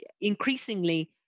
increasingly